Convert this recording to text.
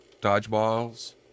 dodgeballs